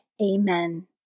Amen